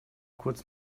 kurz